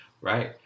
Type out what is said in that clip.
right